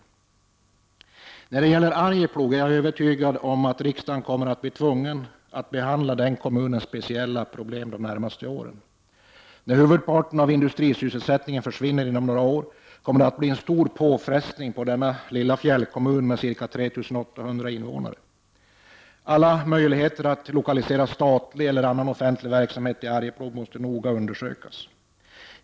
Jag är övertygad om att riksdagen under de närmaste åren kommer att bli tvungen att behandla de speciella problem som finns i Arjeplogs kommun. Inom några år kommer merparten av industrisysselsättningen att försvinna, och det blir en stor påfrestning för den här lilla fjällkommunen med ca 3 800 invånare. Alla möjligheter till lokalisering av statlig eller annan offentlig verksamhet till Arjeplog måste därför noga undersökas.